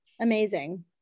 Amazing